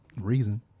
reason